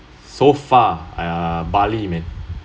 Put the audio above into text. so far uh bali man